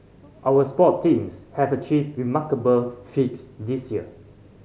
our sport teams have achieved remarkable feats this year